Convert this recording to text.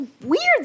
weird